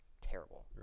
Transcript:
terrible